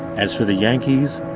as for the yankees,